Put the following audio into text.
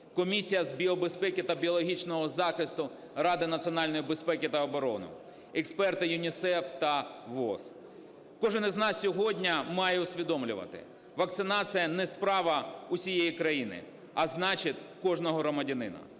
Комісія з біобезпеки та біологічного захисту Ради національної безпеки та оборони, експерти ЮНІСЕФ та ВООЗ. Кожен із нас сьогодні має усвідомлювати – вакцинація не справа усієї країни, а значить кожного громадянина.